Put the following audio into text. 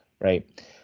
right